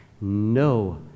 no